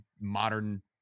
modern